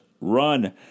run